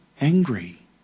angry